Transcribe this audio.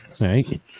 Right